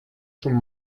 schon